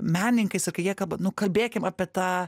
menininkais ir kai jie kalba nu kalbėkim apie tą